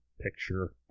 picture